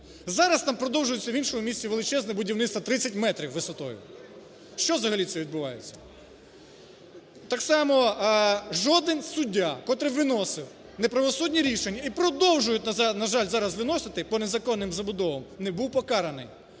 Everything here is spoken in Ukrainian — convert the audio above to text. Зараз там продовжується в іншому місці величезна будівництво 30 метрів висотою. Що взагалі це відбувається? Так сам жоден суддя, котрий виносив неправосудні рішення і продовжує зараз, на жаль, виносити по незаконним забудовам, не був покараний.